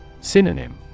Synonym